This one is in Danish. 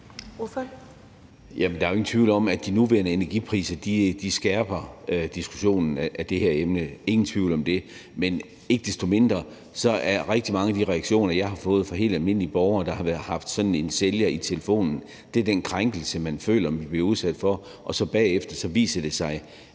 er jo ingen tvivl om, at de nuværende energipriser skærper diskussionen om det her emne, ingen tvivl om det. Men ikke desto mindre er rigtig mange af de reaktioner, jeg har fået fra helt almindelige borgere, der har haft sådan en sælger i telefonen, den krænkelse, man føler man bliver udsat for – og bagefter viser det sig